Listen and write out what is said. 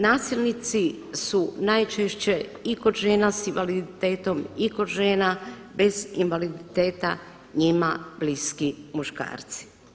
Nasilnici su najčešće i kod žena s invaliditetom i kod žena bez invaliditeta njima bliski muškarci.